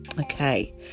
Okay